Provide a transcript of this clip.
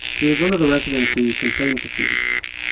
he was one of the residents who complained to pilz.